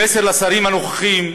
במסר לשרים הנוכחיים,